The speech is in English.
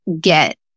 get